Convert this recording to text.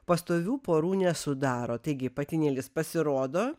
pastovių porų nesudaro taigi patinėlis pasirodo